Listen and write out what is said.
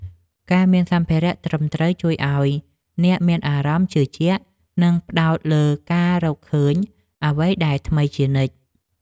ការមានសម្ភារៈត្រឹមត្រូវជួយឱ្យអ្នកមានអារម្មណ៍ជឿជាក់ និងផ្ដោតលើការរកឃើញអ្វីដែលថ្មីជានិច្ច។